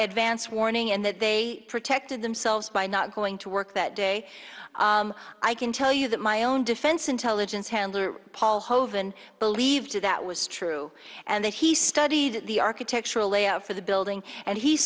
advance warning and that they protected themselves by not going to work that day i can tell you that my own defense intelligence handler paul hovan believed that was true and that he studied the architectural layout for the building and he